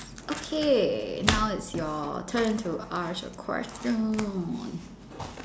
okay now it's your turn to ask a question